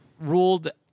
ruled